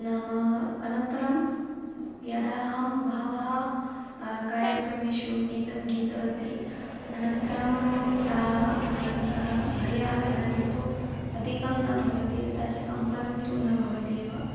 नाम अनन्तरं यदा अहं बहवः कार्यक्रमेषु गीतं गीतवती अनन्तरं सा अनमसः भयम् इदानीन्तु अधिकं न भवति तथा च कम्पनन्तु न भवति एव